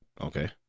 Okay